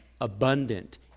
abundant